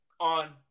on